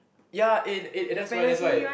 ya eh eh that's why that's why